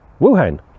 wuhan